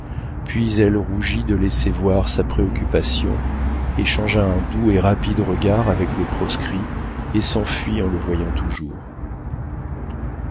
puis elle rougit de laisser voir sa préoccupation échangea un doux et rapide regard avec le proscrit et s'enfuit en le voyant toujours